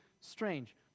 strange